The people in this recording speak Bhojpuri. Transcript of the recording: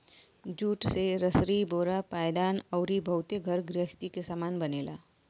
जूट से रसरी बोरा पायदान अउरी बहुते घर गृहस्ती के सामान बनेला